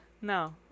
No